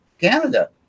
Canada